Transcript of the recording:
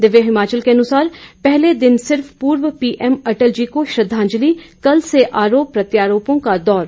दिव्य हिमाचल के अनुसार पहले दिन सिर्फ पूर्व पीएम अटल जी को श्रद्धाजंलि कल से आरोप प्रत्यारोप का दौर